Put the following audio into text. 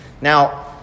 Now